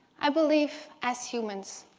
i believe, as humans,